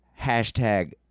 hashtag